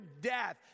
death